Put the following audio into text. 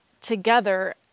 together